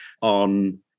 on